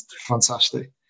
fantastic